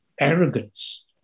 Arrogance